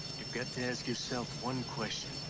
got to ask yourself one question.